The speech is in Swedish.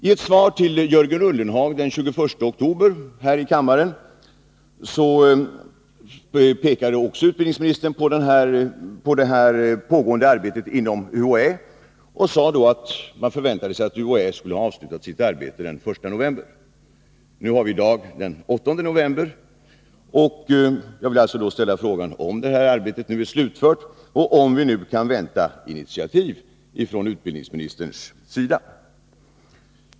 I ett svar till Jörgen Ullenhag den 21 oktober här i kammaren pekade utbildningsministern på det pågående arbetet inom UHÄ och sade då att hon förväntade sig att UHÄ skulle ha avslutat sitt arbete den 1 november. I dag har vi den 8 november, och jag vill följaktligen ställa frågan om detta arbete nu är slutfört och om vi nu kan vänta initiativ från utbildningsministerns sida.